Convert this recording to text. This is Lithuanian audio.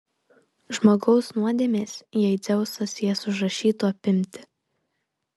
žmogaus nuodėmes jei dzeusas jas užrašytų apimti